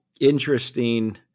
interesting